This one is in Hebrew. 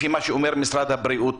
לפי מה שאומר משרד הבריאות,